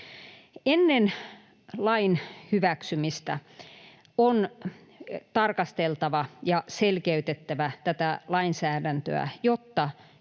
Ennen lain hyväksymistä on tarkasteltava ja selkeytettävä tätä lainsäädäntöä,